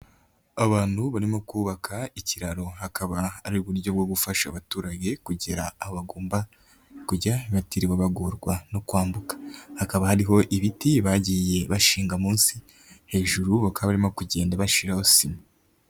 Abantu barimo kubaka ikiraro hakaba ari uburyo bwo gufasha abaturage kugera aho bagomba kujya batiriwe bagorwa no kwambuka, hakaba hariho ibiti bagiye bashinga munsi, hejuru bakaba barimo kugenda bashiraho sima.